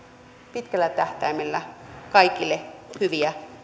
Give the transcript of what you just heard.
pitkällä tähtäimellä kaikille hyviä